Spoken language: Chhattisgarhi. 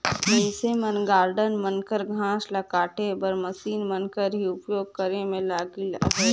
मइनसे मन गारडन मन कर घांस ल काटे बर मसीन मन कर ही उपियोग करे में लगिल अहें